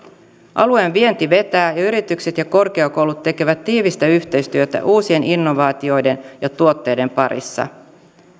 alueen vienti vetää ja yritykset ja korkeakoulut tekevät tiivistä yhteistyötä uusien innovaatioiden ja tuotteiden parissa